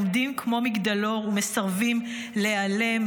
עומדים כמו מגדלור ומסרבים להיעלם,